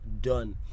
done